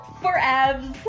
forever